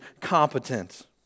competent